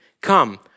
come